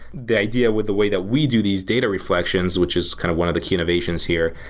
the idea with the way that we do these data reflections, which is kind of one of the key innovations here,